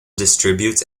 distributes